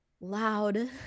loud